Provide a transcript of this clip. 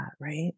right